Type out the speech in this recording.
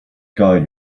god